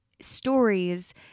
stories